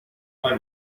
خوای